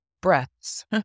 breaths